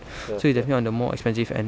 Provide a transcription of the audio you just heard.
so it's definitely on the more expensive end